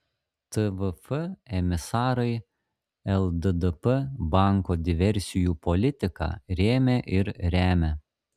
tvf emisarai lddp banko diversijų politiką rėmė ir remia